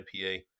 IPA